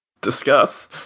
discuss